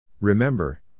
Remember